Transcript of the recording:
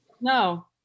No